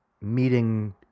meeting